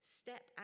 step